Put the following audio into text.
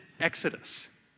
exodus